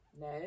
No